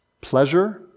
pleasure